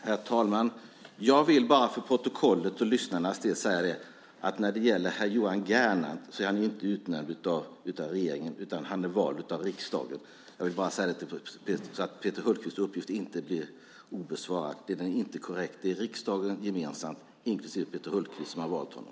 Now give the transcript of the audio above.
Herr talman! Jag vill bara för protokollets och lyssnarnas skull säga att Johan Gernandt inte är utnämnd av regeringen, utan han är vald av riksdagen. Jag vill bara säga detta så att Peter Hultqvists uppgift inte får stå oemotsagd. Det är riksdagen gemensamt, inklusive Peter Hultqvist, som har valt honom.